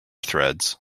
threads